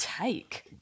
take